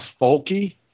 folky